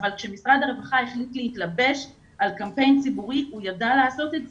אבל כשמשרד הרווחה החליט להתלבש על קמפיין ציבורי הוא ידע לעשות את זה.